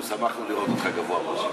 אנחנו שמחנו לראות אותך גבוה ברשימה.